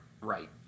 Right